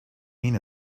mean